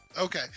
Okay